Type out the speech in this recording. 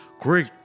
great